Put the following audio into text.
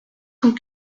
cent